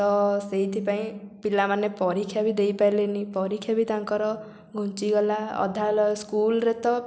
ତ ସେଇଥିପାଇଁ ପିଲାମାନେ ପରୀକ୍ଷା ବି ଦେଇପାରିଲେନି ପରୀକ୍ଷା ବି ତାଙ୍କର ଘୁଞ୍ଚିଗଲା ଅଧା ସ୍କୁଲରେ ତ